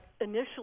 initially